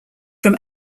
from